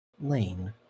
Lane